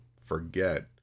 forget